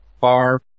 far